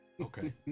okay